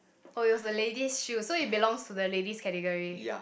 oh it was a lady's shoe so it belongs to the ladies category